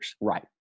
Right